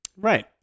right